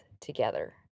together